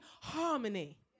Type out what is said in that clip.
harmony